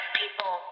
people